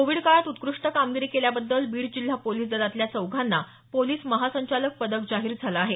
Covid काळात उत्कृष्ट कामगिरी केल्याबद्दल बीड जिल्हा पोलीस दलातल्या चौघांना पोलीस महासंचालक पदक जाहीर झालं आहे